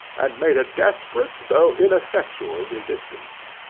and made a desperate, though ineffectual resistance.